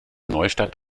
neustadt